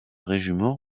régiment